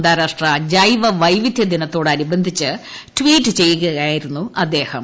അന്താരാഷ്ട്ര ജൈവ വൈവിധൃദിനത്തോടനുബന്ധിച്ച് ട്വീറ്റ് ചെയ്യുകയായിരുന്നു അദ്ദേഹം